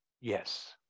yes